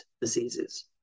diseases